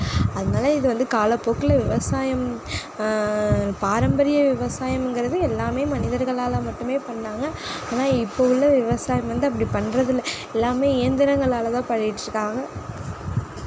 அதனால் இது வந்து காலப்போக்கில் விவசாயம் பாரம்பரிய விவசாயம்கிறது எல்லாமே மனிதர்களால் மட்டுமே பண்ணாங்க ஆனால் இப்போ உள்ள விவசாயம் வந்து அப்படி பண்ணுறதில்ல எல்லாமே இயந்திரங்களால் தான் பண்ணிட்டு இருக்காங்க